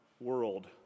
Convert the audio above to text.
world